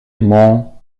mon